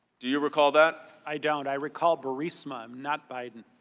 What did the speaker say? do you recall that? i don't i recall burisma, not biden.